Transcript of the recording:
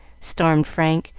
stormed frank,